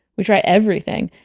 we try everything.